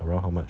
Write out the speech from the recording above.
around how much